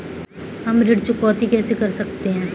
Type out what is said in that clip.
हम ऋण चुकौती कैसे कर सकते हैं?